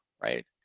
right